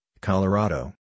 Colorado